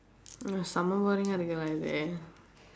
mm செம்ம:semma boringa இருக்கு:irukku lah இது:ithu